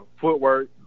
footwork